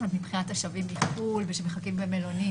זאת אומרת מבחינת השבים מחו"ל ושמחכים במלונית,